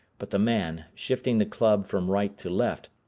but the man, shifting the club from right to left,